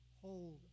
hold